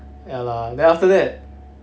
ya lah then after that